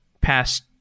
past